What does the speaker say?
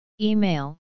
Email